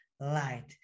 Light